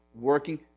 working